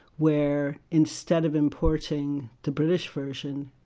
where instead of importing the british version,